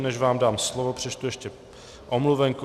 Než vám dám slovo, přečtu ještě omluvenku.